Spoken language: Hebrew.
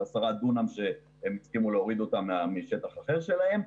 10 דונם שהם הסכימו להוריד אותם משטח אחר שלהם.